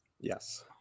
yes